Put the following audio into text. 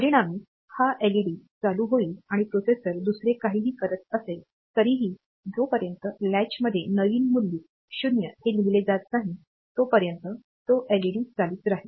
परिणामी हा एलईडी चालू होईल आणि प्रोसेसर दुसरे काहीही करत असेल तरीही जोपर्यंत लैचमध्ये नवीन मूल्य 0 हे लिहिले जात नाही तोपर्यंत तो एलईडी चालूच राहील